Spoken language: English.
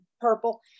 purple